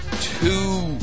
two